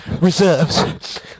reserves